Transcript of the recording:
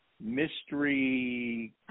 mystery